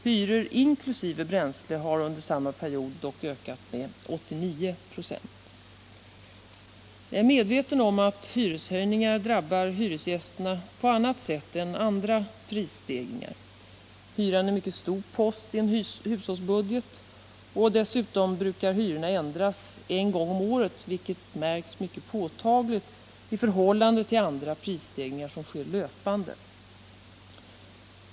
Hyror inkl. bränsle har under samma period dock ökat med 89 26. Jag är medveten om att hyreshöjningar drabbar hyresgästerna på annat sätt än andra prisstegringar. Hyran är en mycket stor post i en hushållsbudget. Dessutom brukar hyrorna ändras en gång om året, vilket märks mycket påtagligt i förhållande till andra prisstegringar som sker löpande.